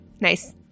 Nice